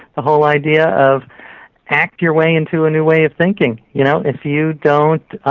the whole idea of act your way into a new way of thinking. you know if you don't